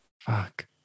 Fuck